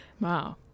Wow